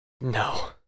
No